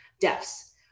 deaths